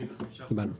מקובל.